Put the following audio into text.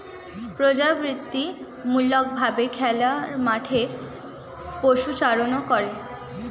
পর্যাবৃত্তিমূলক ভাবে খোলা মাঠে পশুচারণ করে